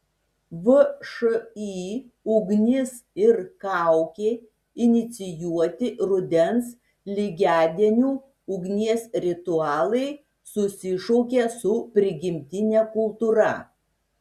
všį ugnis ir kaukė inicijuoti rudens lygiadienių ugnies ritualai susišaukia su prigimtine kultūra